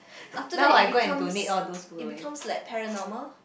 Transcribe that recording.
after that it becomes it becomes like paranormal